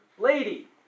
lady